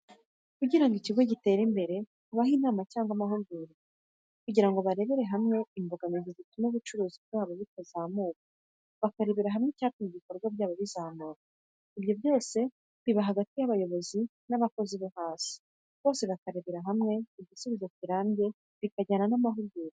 Kugirango ikigo gitere imbere habaho inama cyangwa amahugurwa kugirango barebere hamwe imbogamizi zituma ubucuruzi bwabo butazamuka bakarebera hamwe icyatuma ibikorwa byabo bizamuka ibyo byose biba hagati yabayobozi n'abakozi bohasi bose bakarebera hamwe igisubizo kirambye bikajyana namahugurwa.